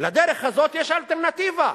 לדרך הזאת יש אלטרנטיבה.